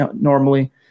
normally